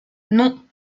non